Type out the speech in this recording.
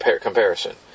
comparison